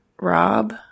Rob